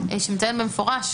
שהוא מציין במפורש,